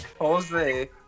Jose